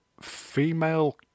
female